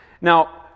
Now